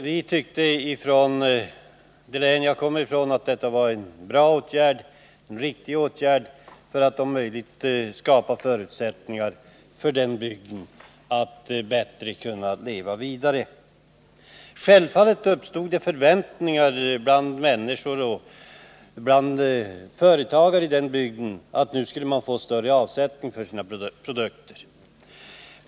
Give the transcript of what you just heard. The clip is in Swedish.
Vi tyckte inom mitt hemlän att det var en bra och riktig åtgärd, som syftade till att om möjligt skapa bättre förutsättningar för bygden att leva vidare. Självfallet uppstod det förväntningar bland företagare i bygden om att man skulle få större avsättning för sina produkter.